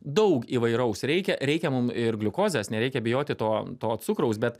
daug įvairaus reikia reikia mum ir gliukozės nereikia bijoti to to cukraus bet